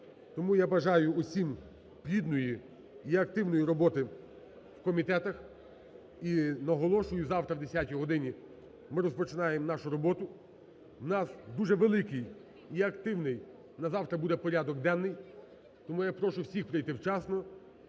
Тому я бажаю усім плідної і активної роботи в комітетах. І наголошую, завтра о 10 годині ми розпочинаємо нашу роботу. В нас дуже великий і активний на завтра буде порядок денний, тому я прошу всіх прийти вчасно.